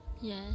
Yes